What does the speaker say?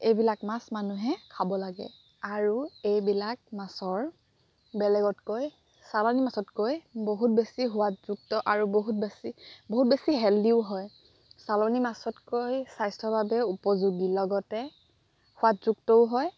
এইবিলাক মাছ মানুহে খাব লাগে আৰু এইবিলাক মাছৰ বেলেগতকৈ চালানী মাছতকৈ বহুত বেছি সোৱাদযুক্ত আৰু বহুত বেছি বহুত বেছি হেলদিও হয় চালানী মাছতকৈ স্বাস্থ্যৰ বাবে উপযোগী লগতে সোৱাদযুক্তও হয়